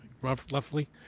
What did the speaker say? roughly